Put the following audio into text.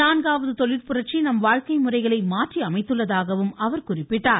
நான்காவது தொழில் புரட்சி நம் வாழ்க்கை முறைகளை மாற்றி அமைத்துள்ளதாகவும் அவர் குறிப்பிட்டார்